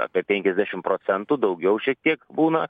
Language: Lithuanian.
apie penkiasdešim procentų daugiau šiek tiek būna